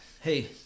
Hey